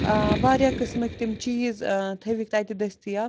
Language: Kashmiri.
ٲں واریاہ قسمٕکۍ تِم چیٖز ٲں تھٲیِکھ تتہٕ دٔستیاب